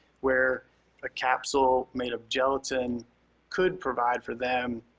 where a capsule made of gelatin could provide for them